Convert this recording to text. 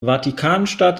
vatikanstadt